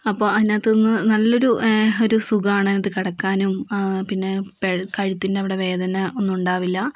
അപ്പോൾ അതിനകത്തുനിന്ന് നല്ലൊരു ഒരു സുഖമാണ് അതിനകത്ത് കിടക്കാനും പിന്നെ കഴുത്തിൻ്റവിടെ വേദന ഒന്നും ഉണ്ടാവില്ല